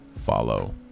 follow